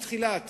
מתחילת